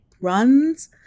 runs